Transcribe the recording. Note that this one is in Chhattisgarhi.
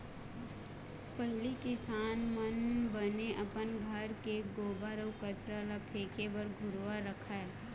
पहिली किसान मन बने अपन घर के गोबर अउ कचरा ल फेके बर घुरूवा रखय